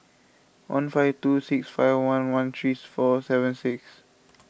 one five two six five one one three four seven six